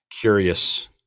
curious